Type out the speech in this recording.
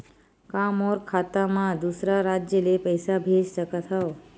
का मोर खाता म दूसरा राज्य ले पईसा भेज सकथव?